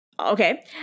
okay